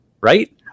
Right